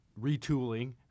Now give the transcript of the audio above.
retooling